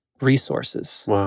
resources